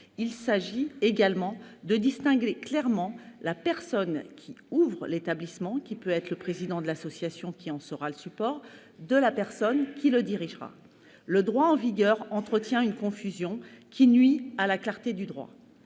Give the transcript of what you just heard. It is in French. Il s'agit également de distinguer clairement la personne qui ouvre l'établissement- le président de l'association qui en sera le support, par exemple -de la personne qui le dirigera. Les textes en vigueur entretiennent une confusion préjudiciable à la clarté du droit.